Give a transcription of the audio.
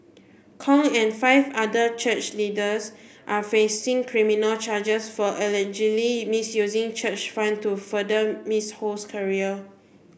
Kong and five other church leaders are facing criminal charges for allegedly misusing church fund to further Miss Ho's career